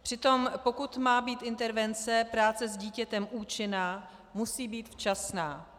Přitom pokud má být intervence práce s dítětem účinná, musí být včasná.